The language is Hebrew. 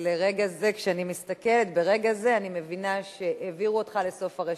וכשאני מסתכלת ברגע זה אני מבינה שהעבירו אותך לסוף הרשימה.